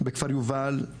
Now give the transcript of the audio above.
בכפר יובל,